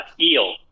eel